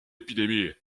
épidémie